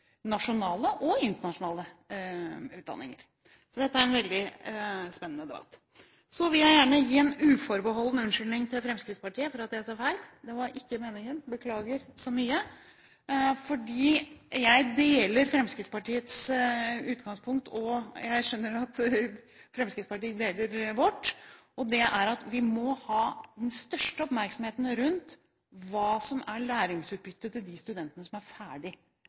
nasjonale og internasjonale utdanninger. Så dette er en veldig spennende debatt. Så vil jeg gjerne gi en uforbeholden unnskyldning til Fremskrittspartiet for at jeg sa feil. Det var ikke meningen – beklager så mye. For jeg deler Fremskrittspartiets utgangspunkt, og jeg skjønner at Fremskrittspartiet deler vårt, nemlig at vi må ha den største oppmerksomheten rundt hva som er læringsutbyttet til de studentene som er ferdig